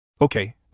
Okay